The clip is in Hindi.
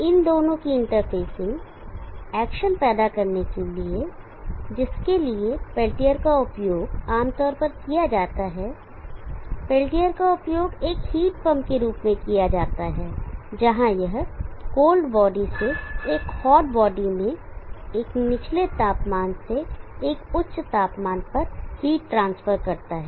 इन दोनों की इंटरफेसिंग एक्शन पैदा करने के लिए जिस के लिए पेल्टियर का उपयोग आम तौर पर किया जाता है पेल्टियर का उपयोग एक हीट पंप के रूप में किया जाता है जहां यह कोल्ड बॉडी से एक हॉट बॉडी में एक निचले तापमान से एक उच्च तापमान पर हीट ट्रांसफर करता है